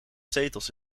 zetels